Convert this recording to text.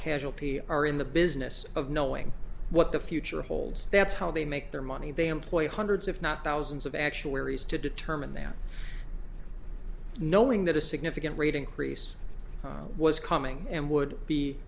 casualty are in the business of knowing what the future holds that's how they make their money they employ hundreds if not thousands of actuaries to determine that knowing that a significant rate increase was coming and would be